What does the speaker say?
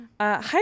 Hi